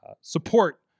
support